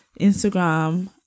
instagram